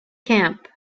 camp